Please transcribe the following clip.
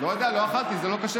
לא יודע, לא אכלתי, זה לא כשר.